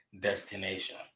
destination